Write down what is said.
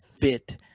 fit